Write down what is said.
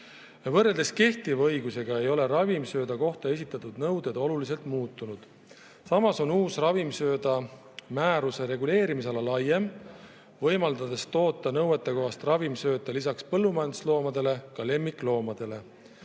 Võrreldes kehtiva õigusega ei ole ravimsööda kohta esitatud nõuded oluliselt muutunud. Samas on uus ravimsöödamääruse reguleerimisala laiem, võimaldades toota nõuetekohast ravimsööta lisaks põllumajandusloomadele ka lemmikloomade